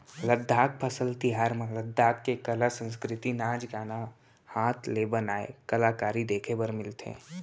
लद्दाख फसल तिहार म लद्दाख के कला, संस्कृति, नाच गाना, हात ले बनाए कलाकारी देखे बर मिलथे